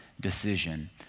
decision